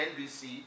NBC